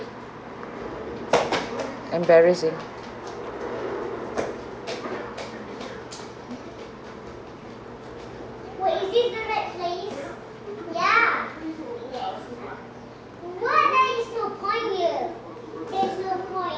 embarrassing